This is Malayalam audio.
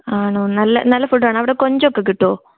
ആണോ നല്ല നല്ല ഫുഡ് ആണോ കൊഞ്ച് ഒക്കെ കിട്ടുമോ